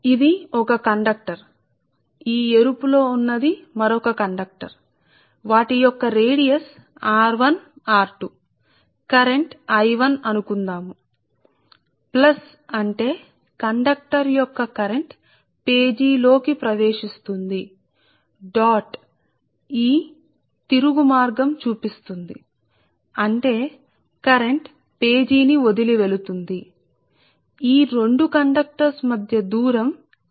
కాబట్టి ఇది ఒక కండక్టర్ ఎరుపు ఎరుపు ది మరొక కండక్టర్ దీని వ్యాసార్థం r1 అని వ్యాసార్థం r2 ఇది మీ ప్రస్తుత I1 ప్లస్ అంటే కండక్టర్ యొక్కకరెంటు ఫేజ్ లోకి ప్రవేశించడము అంటే ప్లస్ విషయం ఇందుకే ఇవ్వబడింది ఇది రిటర్న్ పాత్ డాట్ ను చూపిస్తుంది అంటే ఈ 2 కండక్టర్ల మధ్య కరెంటు పేజీ ని వదిలివేస్తోంది సరే